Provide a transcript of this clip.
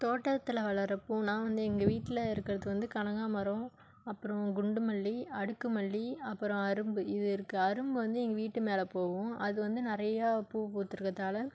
தோட்டத்தில் வளர்கிற பூன்னா வந்து எங்கள் வீட்டில் இருக்கிறது வந்து கனகாமரம் அப்புறம் குண்டு மல்லி அடுக்கு மல்லி அப்புறம் அரும்பு இது இருக்குது அரும் வந்து எங்கள் வீட்டு மேலே போகும் அது வந்து நிறையா பூ பூத்திருக்கத்தால